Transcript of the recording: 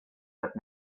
but